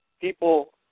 people